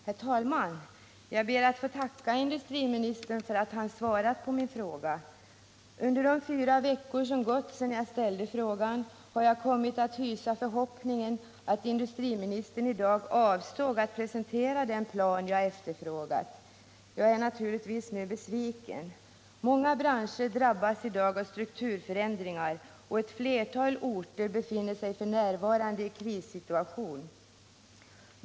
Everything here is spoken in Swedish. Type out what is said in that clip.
Herr talman! Jag ber att få tacka industriministern för att han har svarat på min fråga. Under de fyra veckor som gått sedan jag ställde frågan har jag kommit att hysa förhoppningen att industriministern i dag avsåg att presentera den plan som jag har efterfrågat. Jag är naturligtvis nu besviken. Många branscher drabbas i dag av strukturförändringar, och ett flertal orter befinner sig f.n. i en krissituation.